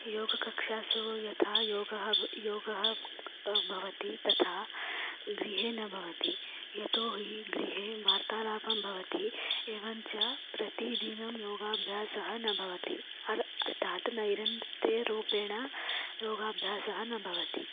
योगकक्षासु यथा योगः योगः भ् योगः भवति तथा गृहे न भवति यतो हि गृहे वार्तालापं भवति एवञ्च प्रतिदिनं योगाभ्यासः न भवति अर् अर्थात् नैरन्ते रूपेण योगाभ्यासः न भवति